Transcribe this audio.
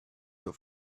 your